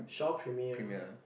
Shaw Premiere